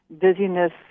dizziness